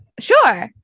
Sure